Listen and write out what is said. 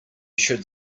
should